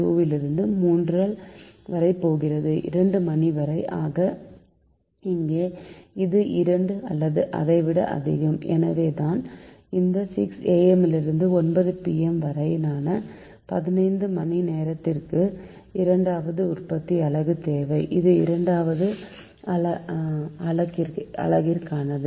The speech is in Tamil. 2 லிருந்து 3 வரை போகிறது 2 மணிவரை ஆக இங்கே இது 2 அல்லது அதைவிட அதிகம் எனவேதான் இந்த 6 am லிருந்து 9 pm வரையான 15 மணிநேரத்திற்கு இரண்டாவது உற்பத்தி அலகு தேவை இது இரண்டாவது அலகிற்கானது